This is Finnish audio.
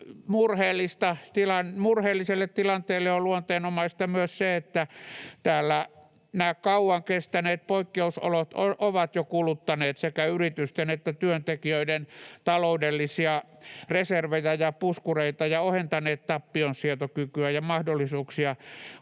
murheelliselle tilanteelle on luonteenomaista myös se, että nämä kauan kestäneet poikkeusolot ovat jo kuluttaneet sekä yritysten että työntekijöiden taloudellisia reservejä ja puskureita ja ohentaneet tappionsietokykyä ja mahdollisuuksia